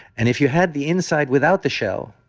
and if you had the inside without the shell,